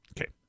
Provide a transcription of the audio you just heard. Okay